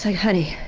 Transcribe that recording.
honey,